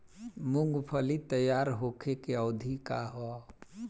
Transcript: मूँगफली तैयार होखे के अवधि का वा?